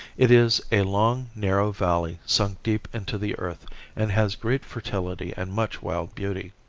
it is a long, narrow valley sunk deep into the earth and has great fertility and much wild beauty.